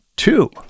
Two